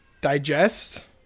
digest